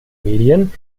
medien